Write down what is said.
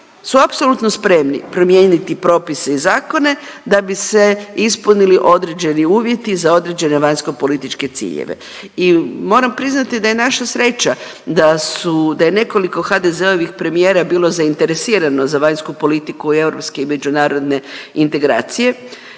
su apsolutno spremni promijeniti propise i zakone da bi se ispunili određeni uvjeti za određene vanjskopolitičke ciljeve. I moram priznati da je naša sreća da su, da je nekoliko HDZ-ovih premijera bilo zainteresirano za vanjsku politiku i europske i međunarodne integracije